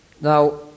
Now